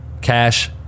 Cash